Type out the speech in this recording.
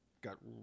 got